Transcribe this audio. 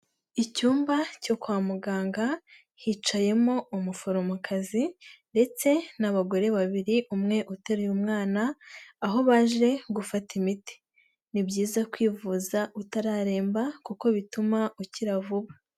Icyumba cyo kwa muganga hicayemo umuforomokazi ndetse n'abagore babiri umwe uteruye umwana aho baje gufata imiti. Ni byiza kwivuza utararemba kuko bituma ukira vuba.